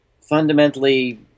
fundamentally